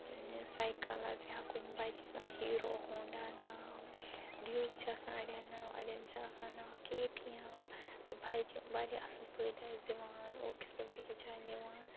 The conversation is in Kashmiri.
سایکَلس یا کُنہِ بایکہِ چھُ آسان ہیٖرو ہۄنٛڈا ناو ڈِیوٗک چھِ آسان اَڑٮ۪ن اَڑٮ۪ن چھِ آسان ناو کے ٹی اٮ۪م بایکہِ وارِیاہ اصٕل فٲیدٕ اَسہ دِوان أکِس پٮ۪ٹھ بیٚکِس جاے نِوان